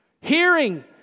hearing